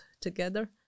together